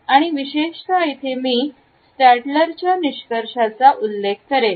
आणि विशेषतः इथे मी स्टॅल्टरच्या निष्कर्षांचे उल्लेख करेल